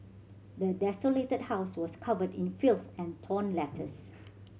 the desolated house was covered in filth and torn letters